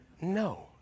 No